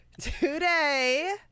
today